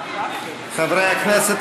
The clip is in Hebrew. חברי הכנסת,